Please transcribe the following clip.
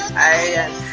i